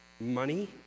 Money